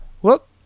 whoop